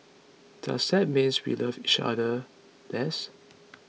does that means we love each other less